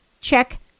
check